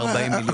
40 מיליון.